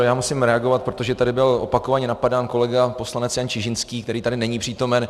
Já musím reagovat, protože tady byl opakovaně napadán kolega poslanec Jan Čižinský, který tady není přítomen.